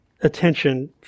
attention